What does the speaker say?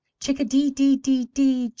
chick-a-dee-dee-dee-dee,